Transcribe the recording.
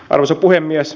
arvoisa puhemies